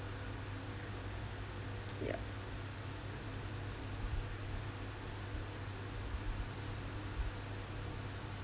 ya